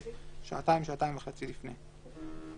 שעתיים-שעתיים וחצי לפני.